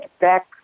back